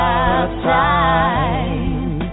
outside